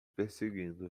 perseguindo